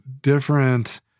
different